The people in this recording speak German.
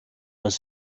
das